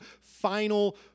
final